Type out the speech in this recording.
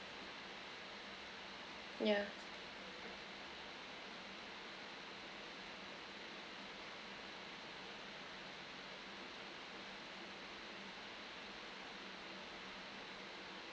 yeah